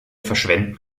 verschwenden